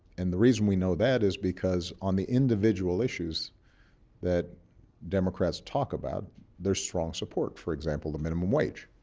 and the reason we know that is because on the individual issues that democrats talk about there's strong support. for example, the minimum wage